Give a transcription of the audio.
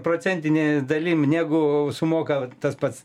procentine dalim negu sumoka tas pats